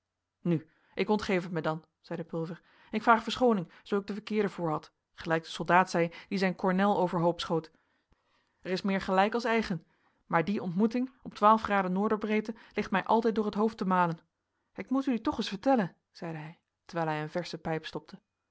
nu ik ontgeef het mij dan zeide pulver ik vraag verschooning zoo ik den verkeerde voorhad gelijk de soldaat zei die zijn kornel overhoop schoot er is meer gelijk als eigen maar die ontmoeting op twaalf graden noorderbreedte ligt mij altijd door het hoofd te malen ik moet u die toch eens vertellen zeide hij terwijl hij een versche pijp stopte